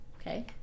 Okay